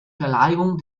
verleihung